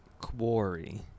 Quarry